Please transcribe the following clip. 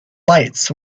lights